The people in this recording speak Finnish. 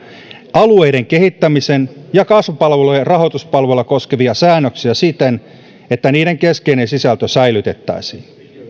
alueiden kehittämisen ja kasvupalvelujen rahoituspalveluja koskevia säännöksiä siten että niiden keskeinen sisältö säilytettäisiin